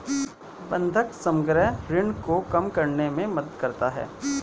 बंधक समग्र ऋण को कम करने में मदद करता है